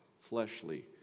fleshly